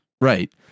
Right